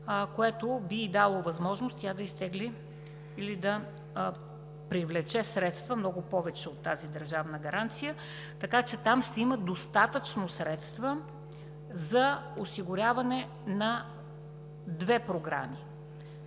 което би ѝ дало възможност да изтегли или да привлече средства много повече от тази държавна гаранция, така че там на този етап ще има достатъчно средства за осигуряване на две програми,